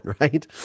right